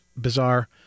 bizarre